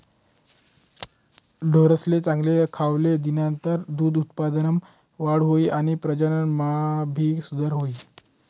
ढोरेसले चांगल खावले दिनतर दूध उत्पादनमा वाढ हुई आणि प्रजनन मा भी सुधार हुई